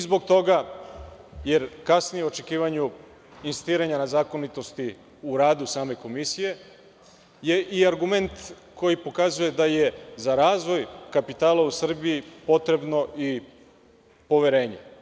Zbog toga što kasnije u očekivanju insistiranja na zakonitosti u radu same Komisije je i argument koji pokazuje da je za razvoj kapitala u Srbiji potrebno i poverenje.